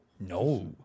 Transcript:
No